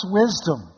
wisdom